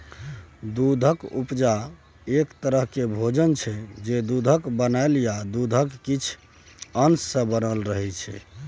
दुधक उपजा एक तरहक भोजन छै जे दुधक बनल या दुधक किछ अश सँ बनल रहय छै